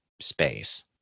space